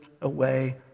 away